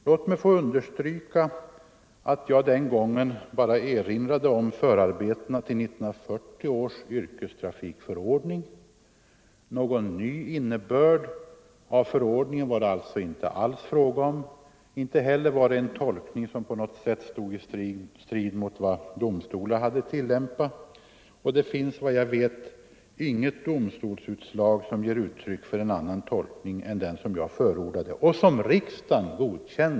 Låt mig få understryka att jag den gången bara erinrade om förarbetena till 1940 års yrkestrafikförordning. Någon ny innebörd av förordningen var det alltså inte alls fråga om; inte heller var det en tolkning som på något sätt stod i strid med den domstolarna hade tilllämpat — det finns såvitt jag vet inget domstolsutslag som ger uttryck för annan tolkning än den jag förordade och som riksdagen godkände.